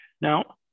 Now